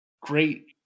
great